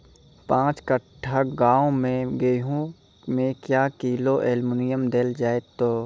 पाँच कट्ठा गांव मे गेहूँ मे क्या किलो एल्मुनियम देले जाय तो?